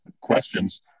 questions